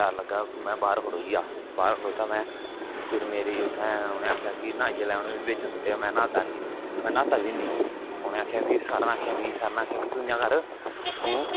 डर लग्गा में बाहर खड़ोई गेआ बाहर खड़ोता में फिर मेरी उत्थै उन्हे आखेआ कि उनें मिगी बिच सुट्टेआ में न्हाता है नी में न्हाता बी नेई उनें आखेआ सर ने आखेआ मिगी सर ने आखेआ तू इयां कर तू